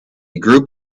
group